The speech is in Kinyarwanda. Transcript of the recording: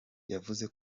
yavuze